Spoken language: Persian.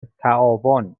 تعاون